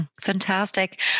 Fantastic